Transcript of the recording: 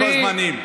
הזמנים.